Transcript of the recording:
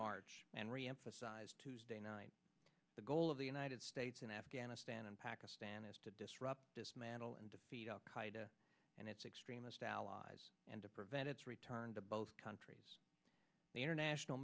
march and reemphasize tuesday night the goal of the united states in afghanistan and pakistan is to disrupt dismantle and defeat al qaida and its extremist allies and to prevent its return to both countries the international